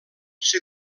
ser